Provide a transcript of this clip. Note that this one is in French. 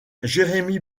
jérémie